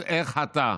אז איך אתה,